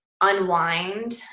unwind